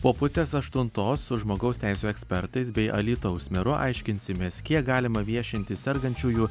po pusės aštuntos su žmogaus teisių ekspertais bei alytaus meru aiškinsimės kiek galima viešinti sergančiųjų